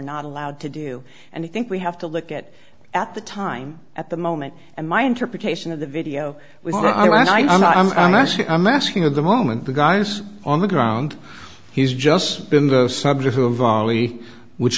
not allowed to do and i think we have to look at it at the time at the moment and my interpretation of the video with the i am i'm i'm actually i'm asking at the moment the guys on the ground he's just been the sub